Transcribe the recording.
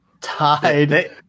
tied